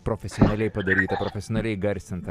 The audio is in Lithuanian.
profesionaliai padaryta profesionaliai įgarsinta